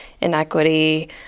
inequity